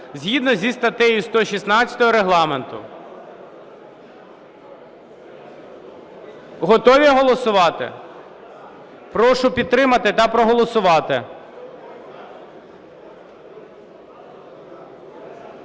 згідно зі статтею 116 Регламенту. Готові голосувати? Прошу підтримати та проголосувати.